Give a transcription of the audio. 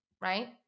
right